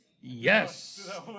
Yes